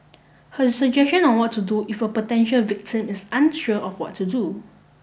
her suggestion on what to do if a potential victim is unsure of what to do